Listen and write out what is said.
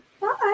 Bye